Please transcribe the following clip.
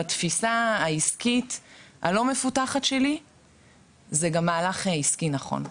בתפיסה העסקית הלא מפותחת שלי זה גם מהלך עסקי נכון.